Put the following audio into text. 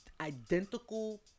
identical